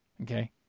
Okay